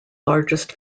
largest